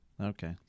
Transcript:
Okay